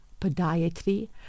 podiatry